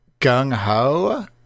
gung-ho